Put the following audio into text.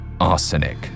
Arsenic